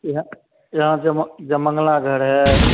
यहाँ यहाँ से म जयमंगला घर है